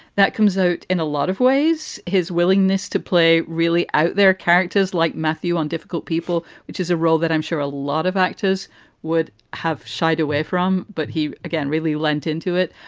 that comes out in a lot of ways, his willingness to play really out there characters like matthew on difficult people, which is a role that i'm sure a lot of actors would have shied away from. but he, again, really went into it,